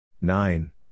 nine